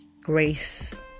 grace